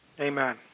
Amen